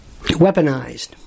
weaponized